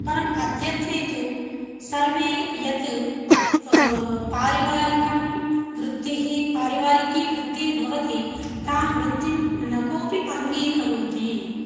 परम् अद्यत्वे तु सर्वे यत् पारिवारिकी वृत्तिः पारिवारिकी वृत्तिः भवति तां वृत्तिं न कोपि अङ्गीकरोति